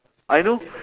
I know